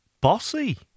Bossy